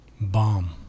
Bomb